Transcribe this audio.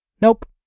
Nope